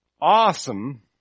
Awesome